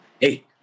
hey